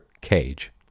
Cage